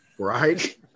Right